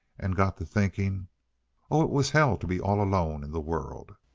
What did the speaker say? and got to thinking oh, it was hell to be all alone in the world!